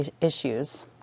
issues